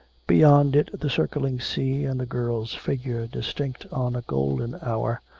beyond it the circling sea and the girl's figure distinct on a golden hour.